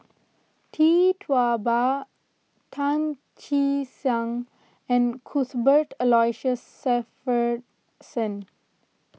Tee Tua Ba Tan Che Sang and Cuthbert Aloysius Shepherd Sen